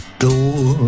door